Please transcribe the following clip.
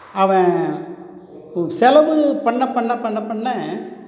அவன் ஒரு செலவு பண்ண பண்ண பண்ண பண்ண